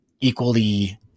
equally